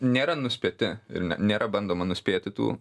nėra nuspėti ir ne nėra bandoma nuspėti tų